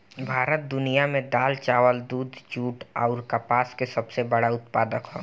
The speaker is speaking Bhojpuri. भारत दुनिया में दाल चावल दूध जूट आउर कपास के सबसे बड़ उत्पादक ह